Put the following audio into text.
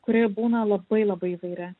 kuri būna labai labai įvairi